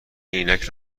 عینک